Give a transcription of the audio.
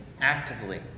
actively